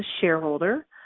shareholder